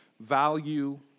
value